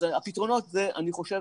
אז הפתרונות, אני חושב